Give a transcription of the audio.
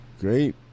Great